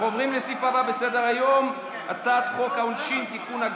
אנחנו עוברים לסעיף הבא בסדר-היום: הצעת חוק העונשין (תיקון,